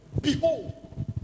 behold